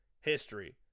history